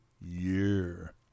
year